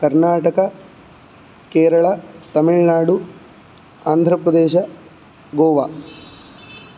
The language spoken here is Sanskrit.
कर्नाटक केरल तमिल्नाडु आन्ध्रप्रदेश गोवा